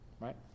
Right